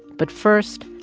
but first,